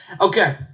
okay